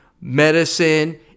medicine